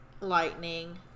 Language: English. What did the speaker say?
lightning